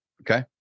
Okay